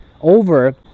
over